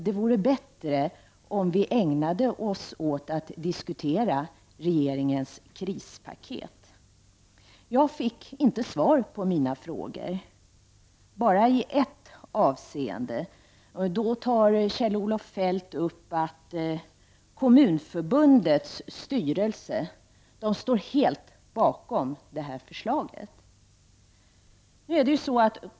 Det vore bättre om vi ägnade oss åt att diskutera regeringens krispaket. Jag fick inte annat än i ett avseende svar på mina frågor. Kjell-Olof Feldt hänvisar till att Kommunförbundets styrelse helt står bakom förslaget i fråga.